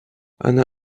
она